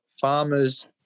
farmers